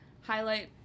highlight